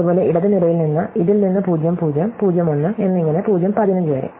അതുപോലെ ഇടത് നിരയിൽ നിന്ന് ഇതിൽ നിന്ന് 00 01 എന്നിങ്ങനെ 015 വരെ